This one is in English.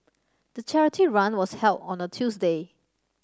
the charity run was held on a Tuesday